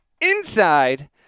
inside